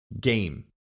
game